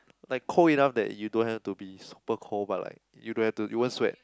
like cold enough that you don't have to be super cold but like you don't have to you won't sweat